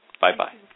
Bye-bye